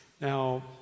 Now